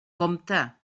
compte